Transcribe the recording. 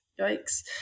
Yikes